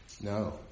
No